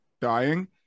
dying